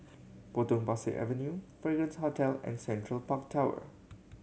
Potong Pasir Avenue Fragrance Hotel and Central Park Tower